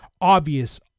obvious